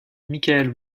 michael